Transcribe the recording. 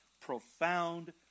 profound